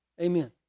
Amen